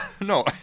No